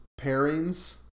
pairings